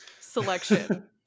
selection